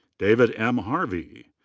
david m. harvey.